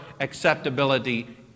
acceptability